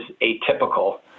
atypical